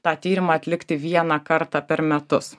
tą tyrimą atlikti vieną kartą per metus